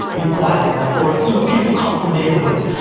be quiet. like or if you know people come from neighborhoods,